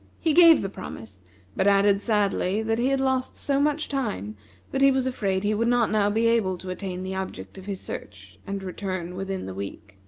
he gave the promise but added sadly that he had lost so much time that he was afraid he would not now be able to attain the object of his search and return within the week.